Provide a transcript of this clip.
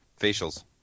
Facials